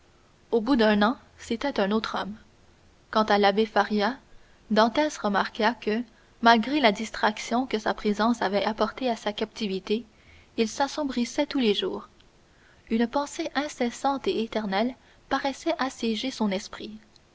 au bout d'un an c'était un autre homme quant à l'abbé faria dantès remarqua que malgré la distraction que sa présence avait apportée à sa captivité il s'assombrissait tous les jours une pensée incessante et éternelle paraissait assiéger son esprit